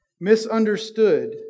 Misunderstood